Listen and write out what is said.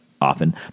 often